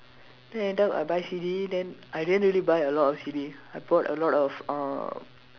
then end up I buy C_D then I didn't really buy a lot of C_D I bought a lot of uh